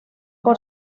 por